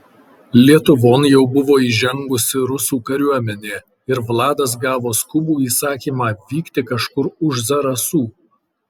lietuvon jau buvo įžengusi rusų kariuomenė ir vladas gavo skubų įsakymą vykti kažkur už zarasų